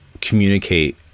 communicate